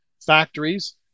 factories